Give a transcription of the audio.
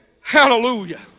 Hallelujah